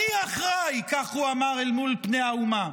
אני אחראי, כך הוא אמר אל מול פני האומה,